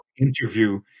interview